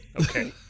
okay